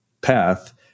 path